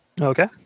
okay